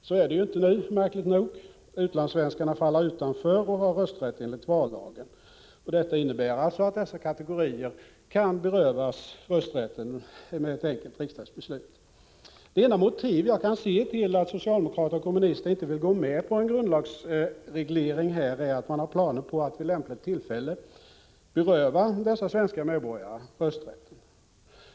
Så är inte fallet nu, märkligt nog. Utlandssvenskarna faller utanför och har rösträtt enligt vallagen. Detta innebär att denna kategori kan berövas rösträtten genom ett enkelt riksdagsbeslut. Det enda motiv som jag kan se till att socialdemokrater och kommunister inte vill gå med på en grundlagsreglering är det att det måste finnas planer på att vid lämpligt tillfälle beröva dessa svenska medborgare rösträtten.